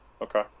Okay